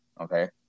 Okay